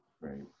Right